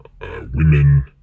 women